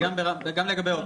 וגם לגבי אוגוסט.